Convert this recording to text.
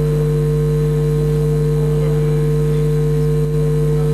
אני חייבת להודות שזה קרה